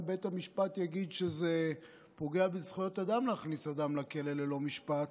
בית המשפט יגיד שזה פוגע בזכויות אדם להכניס אדם לכלא ללא משפט,